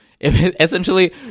essentially